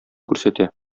күрсәтә